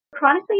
Chronically